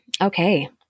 Okay